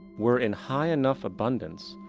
were in high enough abundance,